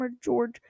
George